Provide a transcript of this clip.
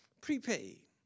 prepaid